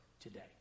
today